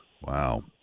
Wow